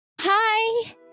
Hi